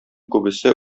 күбесе